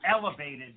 elevated